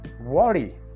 worry